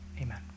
Amen